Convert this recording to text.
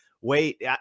wait